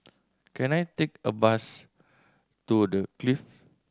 can I take a bus to The Clift